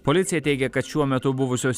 policija teigia kad šiuo metu buvusios